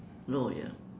no ya